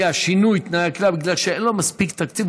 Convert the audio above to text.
שינוי תנאי הכליאה בגלל שאין לו מספיק תקציב.